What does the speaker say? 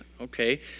Okay